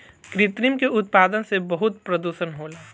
कृत्रिम के उत्पादन से बहुत प्रदुषण होला